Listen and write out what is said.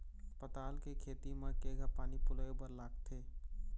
पताल के खेती म केघा पानी पलोए बर लागथे?